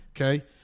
Okay